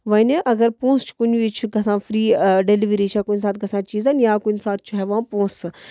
وَنہِ اگر پونٛسہٕ چھُ کُنہِ وِزِ چھِ گَژھان فری ڈیلوری چھِ کُنہِ ساتہٕ گَژھان چیٖزس یا کُنہِ ساتہٕ چھُ ہٮ۪وان پونٛسہٕ